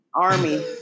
Army